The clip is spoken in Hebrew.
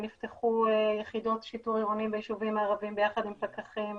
נפתחו יחידות שיטור עירוני ביישובים הערביים ביחד עם פקחים